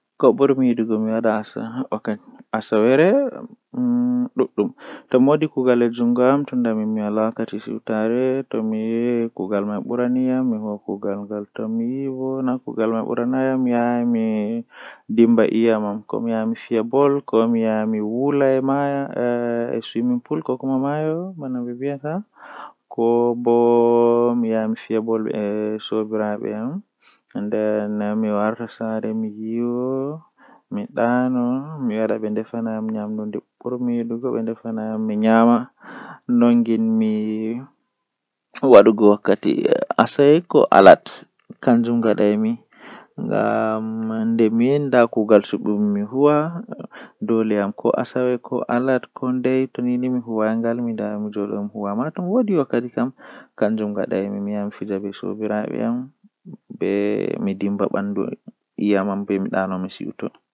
Hunde jei ko buri wonnugo duniyaaru jotta kokuma ko buri lalatugo duniyaaru kanjum woni habre hakkunde himbe malla hakkunde lesdi be lesdi maadum haala ceede malla haala siyasa malla haala dinna malla haala ndemngal.